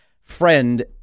friend